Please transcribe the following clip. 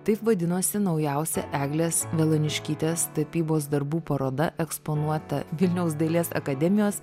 taip vadinosi naujausia eglės velaniškytės tapybos darbų paroda eksponuota vilniaus dailės akademijos